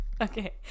Okay